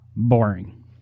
boring